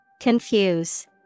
Confuse